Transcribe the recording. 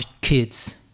kids